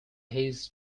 his